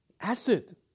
Acid